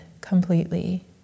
completely